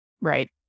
Right